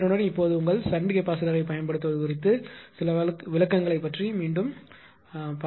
இதனுடன் இப்போது உங்கள் ஷன்ட் கெப்பாசிட்டர்யைப் பயன்படுத்துவது குறித்து சில விளக்கங்களைப் பற்றி நான் மீண்டும் வருகிறேன்